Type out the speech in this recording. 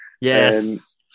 Yes